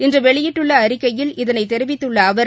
இன்று வெளியிட்டுள்ள அறிக்கையில் இதனைத் தெரிவித்துள்ள அவர்